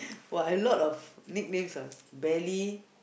!wah! I a lot of nicknames ah belly